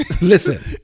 Listen